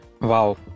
Wow